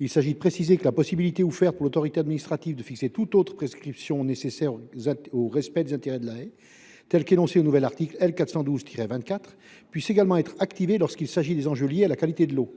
Il s’agit d’apporter la précision suivante : la possibilité ouverte à l’autorité administrative de fixer toute autre prescription nécessaire au respect des intérêts de la haie, tels qu’énoncés au nouvel article L. 412 24, vaut également lorsqu’il s’agit de la qualité de l’eau.